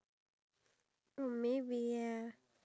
some candles they have the lavender scent